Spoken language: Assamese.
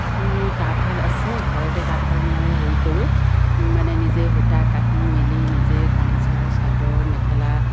মোৰ তাঁতশাল আছে ঘৰতে তাঁতশাল মই হেৰি কৰোঁ মানে নিজেই সূতা কাটি মেলি নিজেই গামোচা চাদৰ মেখেলা